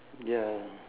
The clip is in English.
ya